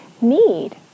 need